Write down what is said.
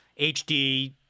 HD